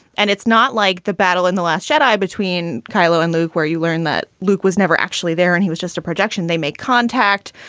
and it's not like the battle in the last shaddai between kylo and luke, where you learn that luke was never actually there and he was just a projection. they make contact.